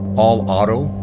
all auto,